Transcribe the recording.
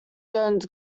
jones